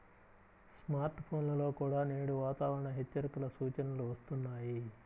smart ఫోన్లలో కూడా నేడు వాతావరణ హెచ్చరికల సూచనలు వస్తున్నాయి